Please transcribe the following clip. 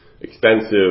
expensive